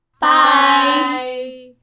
Bye